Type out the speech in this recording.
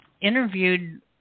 interviewed